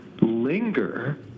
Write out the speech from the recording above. linger